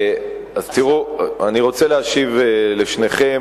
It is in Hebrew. אני רוצה להשיב לשניכם.